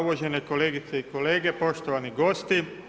Uvažene kolegice i kolege, poštovani gosti.